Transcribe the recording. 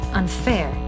unfair